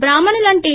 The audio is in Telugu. బ్రాహ్మణులంటే